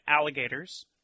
alligators